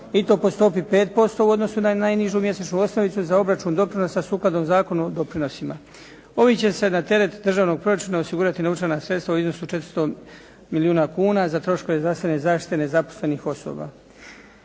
i to po stopi 5% u odnosu na najnižu mjesečnu osnovicu i za obračun doprinosa sukladno Zakonu o doprinosima. Ovim će se na teret državnog proračuna osigurati novčana sredstava u iznosu od 400 milijuna kuna, za troškove zdravstvene zaštite nezaposlenih osoba.